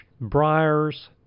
briars